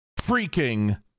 freaking